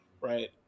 right